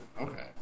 okay